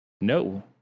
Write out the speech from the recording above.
No